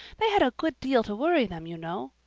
they had a good deal to worry them, you know.